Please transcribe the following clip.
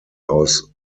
aus